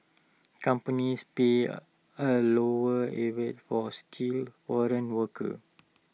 companies pay A lower levy for skilled foreign workers